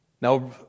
Now